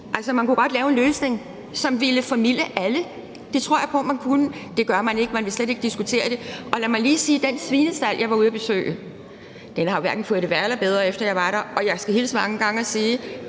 Altså, man kunne godt lave en løsning, som ville formilde alle. Det tror jeg på man kunne; men det gør man ikke, man vil slet ikke diskutere det. Lad mig lige sige i forhold til den svinestald, jeg var ude at besøge, at det hverken er blevet værre eller bedre, efter jeg var der. Og jeg skal hilse mange gange og sige,